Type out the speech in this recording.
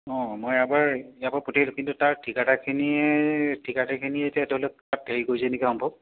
অঁ মই এবাৰ ইয়াৰপৰা পঠিয়াই দিলোঁ কিন্তু তাৰ ঠিকাদাৰখিনিয়ে ঠিকাদাৰখিনিয়ে এতিয়া ধৰি লওক তাত হেৰি কৰিছে নেকি সম্ভৱ